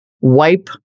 wipe